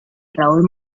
raúl